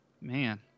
Man